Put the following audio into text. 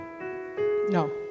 No